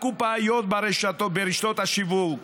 הקופאיות ברשתות השיווק,